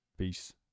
Peace